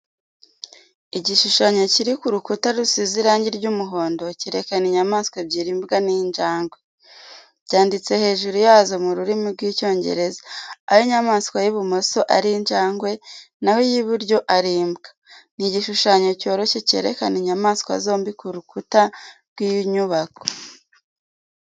Igishushanyo kiri ku rukuta rusize irangi ry'umuhondo, cyerekana inyamaswa ebyiri imbwa n'injangwe. Byanditse hejuru yazo mu rurimi rw'Icyongereza, aho inyamaswa y'ibumoso ari injangwe naho iy'iburyo ari imbwa. Ni igishushanyo cyoroshye cyerekana inyamaswa zombi ku rukuta rw'inyubako.